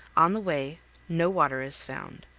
on the way no water is found,